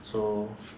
so